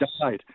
died